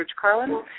Carlin